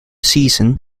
season